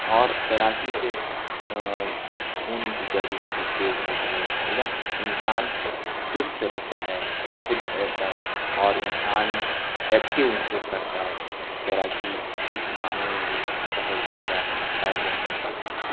اور تیراکی سے خون کی گردش بھی تیز رہتی ہے ایک دم انسان چست رہتا ہے پھرت رہتا ہے اور انسان ایکٹیو محسوس کرتا ہے تیراکی اس معنوں میں بھی بہت زیادہ فائدہ مند ہے